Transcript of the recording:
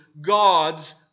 God's